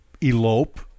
elope